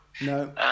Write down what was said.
No